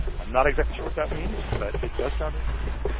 i'm not exactly sure what that means, but it does sound interesting.